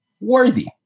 worthy